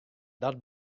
dat